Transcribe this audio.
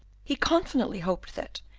he confidently hoped that,